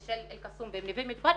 של אלקסום ונווה מדבר,